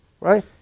right